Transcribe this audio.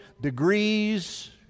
degrees